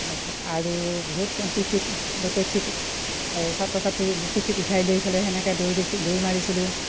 তাৰপিছত আৰু বহুত পিঠিত পিঠিত এই ছাত্ৰ ছাত্ৰীৰ পিঠিত উঠাই লৈ ফেলাই তেনেকৈ দৌৰ দিছিল দৌৰ মাৰিছিলোঁ